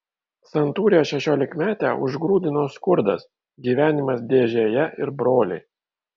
santūrią šešiolikmetę užgrūdino skurdas gyvenimas dėžėje ir broliai